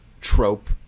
trope